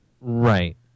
Right